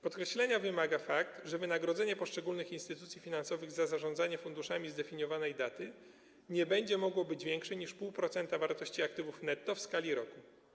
Podkreślenia wymaga fakt, że wynagrodzenie poszczególnych instytucji finansowych za zarządzanie funduszami zdefiniowanej daty nie będzie mogło być większe niż 0,5% wartości aktywów netto w skali roku.